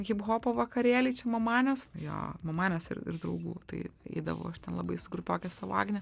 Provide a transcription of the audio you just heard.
hiphopo vakarėliai čia mamanios jo mamanios ir ir draugų tai eidavau aš ten labai su grupioke savo agne